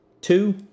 two